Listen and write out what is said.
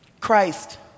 Christ